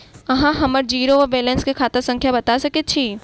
अहाँ हम्मर जीरो वा बैलेंस केँ खाता संख्या बता सकैत छी?